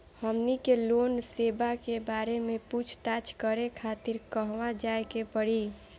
हमनी के लोन सेबा के बारे में पूछताछ करे खातिर कहवा जाए के पड़ी?